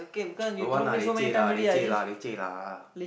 don't want lah leceh lah leceh lah leceh lah